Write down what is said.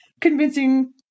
convincing